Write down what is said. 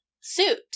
suit